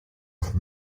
oft